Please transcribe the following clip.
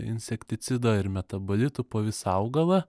insekticido ir metabolitų po visą augalą